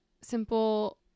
simple